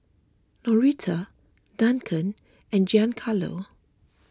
Norita Duncan and Giancarlo